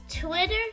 Twitter